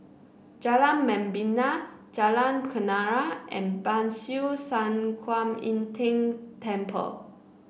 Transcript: Jalan Membina Jalan Kenarah and Ban Siew San Kuan Im Tng Temple